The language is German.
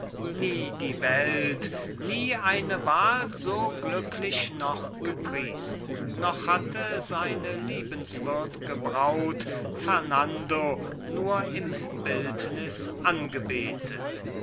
die welt nie eine wahl so glücklich noch gepriesen noch hatte seine liebenswürdge braut fernando nur im bildnis angebetet